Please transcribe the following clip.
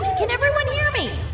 can everyone hear me?